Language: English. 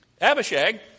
Abishag